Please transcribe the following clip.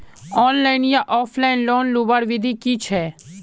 Online या offline loan लुबार विधि की छे?